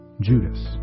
Judas